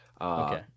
Okay